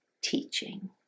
teaching